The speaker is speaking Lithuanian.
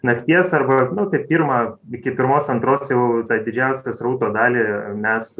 nakties arba nu taip pirmą iki pirmos antros jau tą didžiausią srauto dalį mes